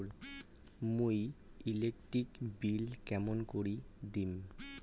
মুই electric bill কেমন করি দিম?